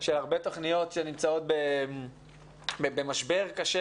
של הרבה תוכניות שנמצאות במשבר קשה,